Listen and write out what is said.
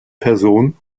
person